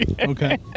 Okay